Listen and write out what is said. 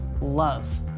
love